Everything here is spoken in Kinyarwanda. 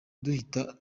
duhita